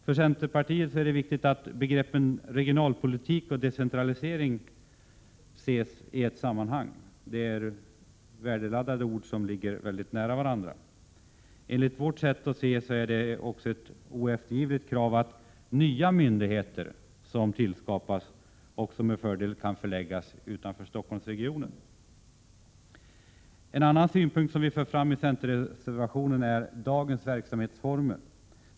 För centerpartiet är det viktigt att begreppen regionalpolitik och decentra lisering ses i ett sammanhang. Det är värdeladdade ord, som ligger mycket nära varandra. Enligt vårt sätt att se är det ett oeftergivligt krav att nya myndigheter förläggs utanför Stockholmsregionen. En annan synpunkt som vi tar upp i centerreservationen gäller dagens verksamhetsformer.